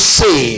say